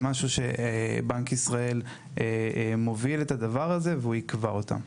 זה משהו שבנק ישראל מוביל, והוא יקבע אותם.